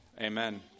amen